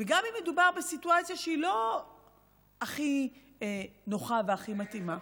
וגם אם מדובר בסיטואציה שהיא לא הכי נוחה והכי מתאימה.